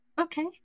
Okay